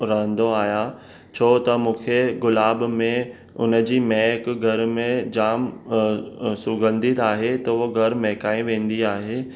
रहंदो आहियां छो त मूंखे गुलाब में उनजी महक घर में जामु सुगंधित आहे त उहो घरु महकाए वेंदी आहे